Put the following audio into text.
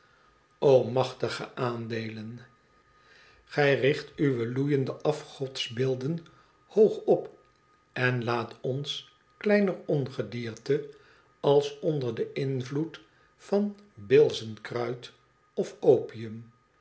o machtige aandeelen gij richt uwe loeiende afgodsbeelden hoog op en laat ons kleiner ongedierte als onder den invloed van bilzenkruid of opium